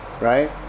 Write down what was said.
right